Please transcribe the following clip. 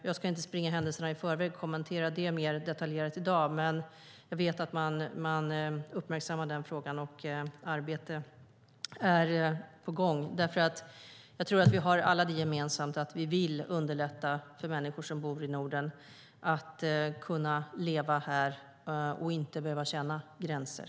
Jag ska inte springa händelserna i förväg och kommentera den frågan mer detaljerat i dag, men jag vet att man uppmärksammar frågan. Arbetet är på gång. Vi har det alla gemensamt att vi vill underlätta för människor som bor i Norden att leva här och inte känna att det finns gränser.